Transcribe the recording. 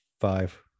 Five